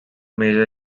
major